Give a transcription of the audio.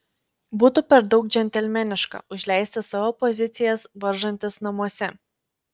būtų per daug džentelmeniška užleisti savo pozicijas varžantis namuose